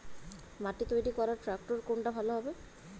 মাটি তৈরি করার ট্রাক্টর কোনটা ভালো হবে?